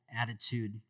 attitude